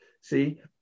see